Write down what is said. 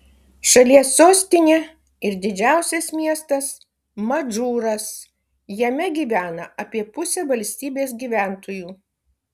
šalies sostinė ir didžiausias miestas madžūras jame gyvena apie pusę valstybės gyventojų